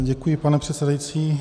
Děkuji, pane předsedající.